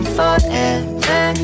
forever